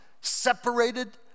separated